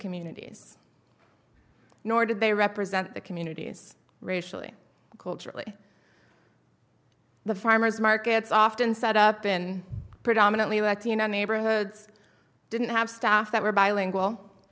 communities nor did they represent the communities racially culturally the farmers markets often set up in predominantly latino neighborhoods didn't have staff that were bilingual